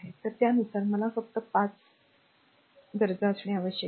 तर त्यानुसार मला फक्त 5 गरजा असणे आवश्यक आहे